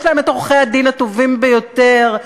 יש להם עורכי-הדין הטובים ביותר,